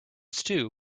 stew